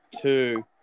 two